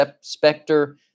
specter